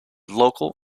local